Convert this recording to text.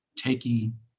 Taking